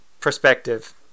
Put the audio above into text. perspective